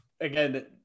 again